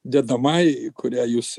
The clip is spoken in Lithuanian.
dedamajai į kurią jūs